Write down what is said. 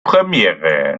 premiere